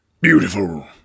Beautiful